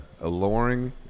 alluring